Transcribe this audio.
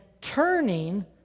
turning